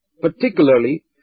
Particularly